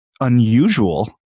unusual